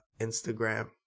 Instagram